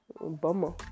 Bummer